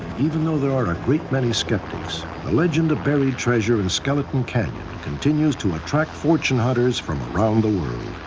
even though there are a great many skeptics, the legend of buried treasure in skeleton canyon continues to attract fortune hunters from around the world.